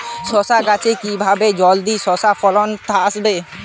শশা গাছে কিভাবে জলদি শশা ফলন আসবে?